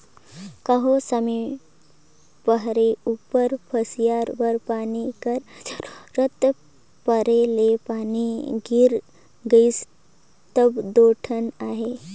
कहों समे परे उपर फसिल बर पानी कर जरूरत परे ले पानी गिर गइस तब दो ठीक अहे